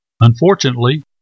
Unfortunately